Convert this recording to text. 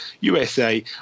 USA